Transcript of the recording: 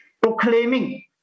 proclaiming